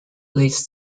least